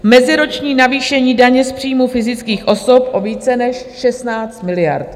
Meziroční navýšení daně z příjmů fyzických osob o více než 16 miliard.